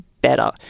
better